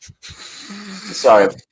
Sorry